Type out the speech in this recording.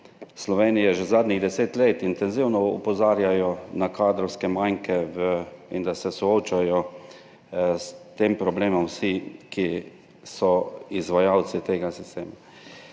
Slovenije že zadnjih deset let intenzivno opozarjajo na kadrovske manke in da se soočajo s tem problemom vsi, ki so izvajalci tega sistema.